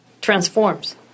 transforms